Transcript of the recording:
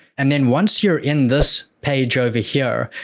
and then once you're in this page over here,